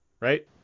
right